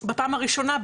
בפעם הראשונה,